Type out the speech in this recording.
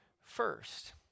first